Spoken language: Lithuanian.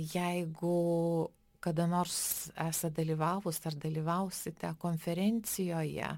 jeigu kada nors esat dalyvavus ar dalyvausite konferencijoje